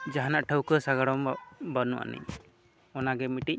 ᱡᱟᱦᱟᱱᱟᱜ ᱴᱷᱟᱹᱣᱠᱟᱹ ᱥᱟᱸᱜᱟᱲᱚᱢ ᱵᱟᱹᱱᱩᱜ ᱟᱹᱱᱤᱡ ᱚᱱᱟᱜᱮ ᱢᱤᱫᱴᱮᱡ